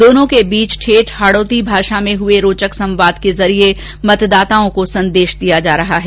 दोनों के बीच ठेठ हाड़ौती में हुए रोचक संवाद के जरिए मतदाताओं को संदेश दिया जा रहा है